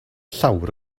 llawr